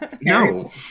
no